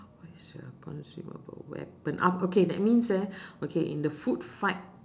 what is your consumable weapon ah okay that means eh okay in a food fight